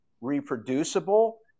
reproducible